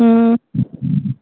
हम्म